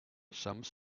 some